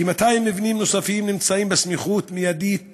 כ-200 מבנים נוספים נמצאים בסמיכות מיידית